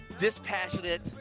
dispassionate